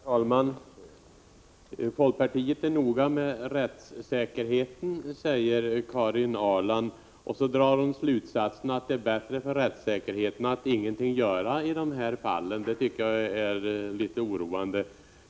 Herr talman! Folkpartiet är noga med rättssäkerheten, säger Karin Ahrland, och så drar hon slutsatsen att det är bättre för rättssäkerheten att ingenting göra i de här fallen. Det tycker jag är litet oroande.